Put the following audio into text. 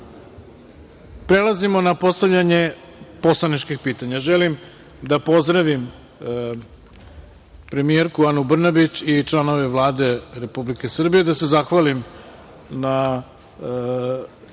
grupi. Prelazimo na postavljanje poslaničkih pitanja. Želim da pozdravim premijerku Anu Brnabić i članove Vlade Republike Srbije i da se zahvalim na